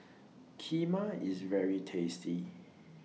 Kheema IS very tasty